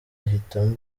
ahitamo